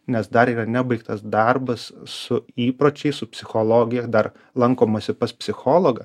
nes dar yra nebaigtas darbas su įpročiais su psichologija dar lankomasi pas psichologą